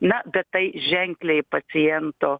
na bet tai ženkliai paciento